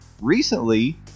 recently